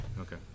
Okay